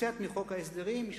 שתוצא מחוק ההסדרים,